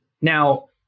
Now